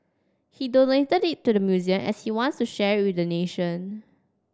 he donated it to the museum as he wants to share with the nation